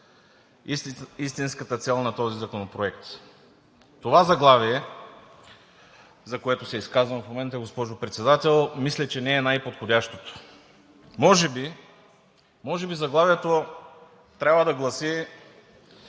истинската цел на този законопроект. Това заглавие, за което се изказвам в момента, госпожо Председател, мисля, че не е най-подходящото. Може би заглавието трябва да гласи: